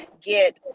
get